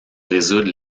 résoudre